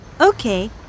Okay